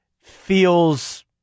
feels